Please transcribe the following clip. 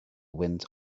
wind